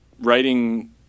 writing